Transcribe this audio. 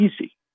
easy